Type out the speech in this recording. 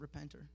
repenter